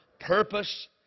purpose